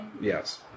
Yes